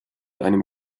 einem